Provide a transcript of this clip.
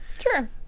Sure